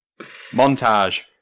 Montage